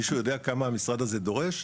מישהו יודע כמה המשרד הזה דורש?